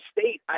State